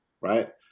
right